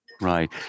Right